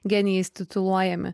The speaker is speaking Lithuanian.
genijais tituluojami